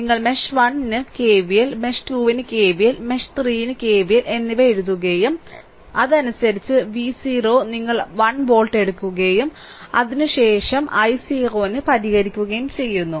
നിങ്ങൾ മെഷ് 1 ന് KVL mesh 2 ന് KVL മെഷ് 3 ന് KVL എന്നിവ എഴുതുകയും അതിനനുസരിച്ച് V0 നിങ്ങൾ 1 വോൾട്ട് എടുക്കുകയും അതിനുശേഷം i0 ന് പരിഹരിക്കുകയും ചെയ്യുന്നു